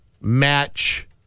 match